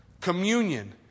Communion